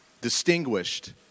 distinguished